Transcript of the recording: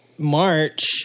March